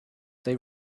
they